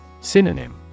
Synonym